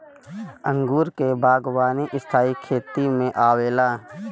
अंगूर के बागवानी स्थाई खेती में आवेला